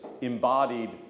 embodied